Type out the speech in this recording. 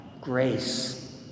grace